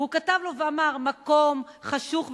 והוא כתב לו ואמר: מקום חשוך וצלמוות,